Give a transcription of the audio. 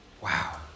Wow